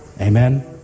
Amen